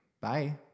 Bye